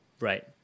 Right